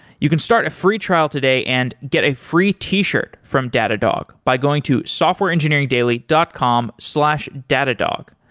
you can start a free trial today and get a free t-shirt from datadog by going to softwareengineeringdaily dot com slash datadog.